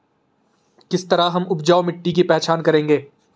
किस तरह हम उपजाऊ मिट्टी की पहचान करेंगे?